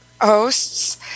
hosts